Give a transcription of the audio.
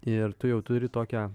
ir tu jau turi tokią